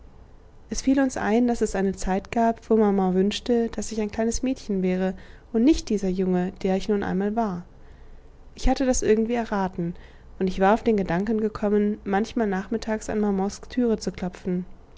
es fiel uns ein daß es eine zeit gab wo maman wünschte daß ich ein kleines mädchen wäre und nicht dieser junge der ich nun einmal war ich hatte das irgendwie erraten und ich war auf den gedanken gekommen manchmal nachmittags an mamans türe zu klopfen